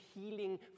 healing